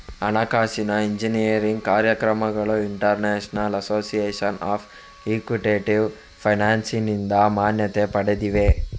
ಹಣಕಾಸಿನ ಎಂಜಿನಿಯರಿಂಗ್ ಕಾರ್ಯಕ್ರಮಗಳು international association of quantitative ಫೈನಾನ್ಸಿನಿಂದ ಮಾನ್ಯತೆ ಪಡೆದಿವೆ